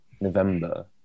November